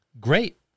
Great